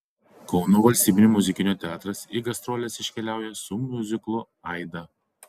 kauno valstybinio muzikinio teatras į gastroles iškeliauja su miuziklu aida